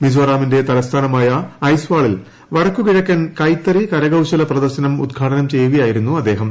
മിസോറാമിന്റെ തലസ്ഥാനമായ ഐസ്വാളിൽ വ്ടക്കു കിഴക്കൻ കൈത്തറി കരകൌശല പ്രദർശനം ഉദ്ഘാടനം ചെയ്യുകയായിരുന്നു അദ്ദേഹം